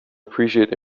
appreciate